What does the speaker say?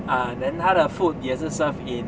uh then 它的 food 也是 serve in